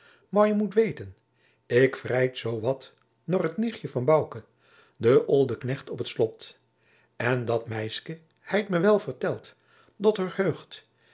moâr je mot weten ik vrijd zoo wat noâr het nichtje van bouke den olden knecht op t slot en dat meiske heit me wel verteld dat hoâr heugt